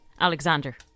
Alexander